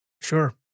Sure